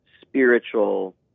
spiritual